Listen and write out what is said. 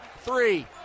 three